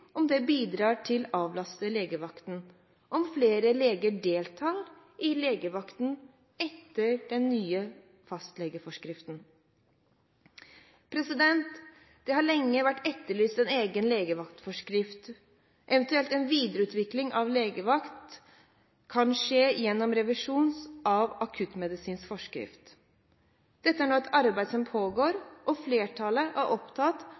til fastlegen bidrar til å avlaste legevakten, og om flere leger deltar i legevakten etter den nye fastlegeforskriften. Det har lenge vært etterlyst en egen legevaktforskrift, eventuelt om videreutvikling av legevakt kan skje gjennom revisjon av akuttmedisinforskriften. Dette er et arbeid som nå pågår, og flertallet er opptatt